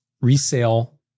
resale